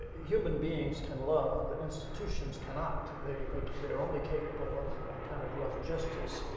human beings can love but institutions cannot. they're like they're only capable of of kind of rough justice.